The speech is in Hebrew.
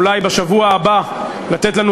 אולי בשבוע הבא, לתת לנו